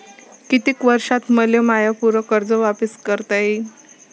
कितीक वर्षात मले माय पूर कर्ज वापिस करता येईन?